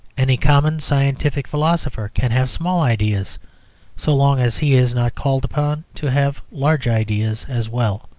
any common scientific philosopher can have small ideas so long as he is not called upon to have large ideas as well.